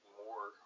more